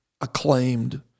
acclaimed